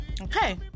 Okay